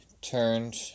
turned